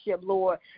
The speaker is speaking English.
Lord